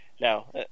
No